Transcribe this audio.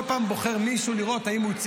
אני כל פעם בוחר מישהו לראות אם הוא,